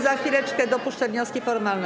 Za chwileczkę dopuszczę wnioski formalne.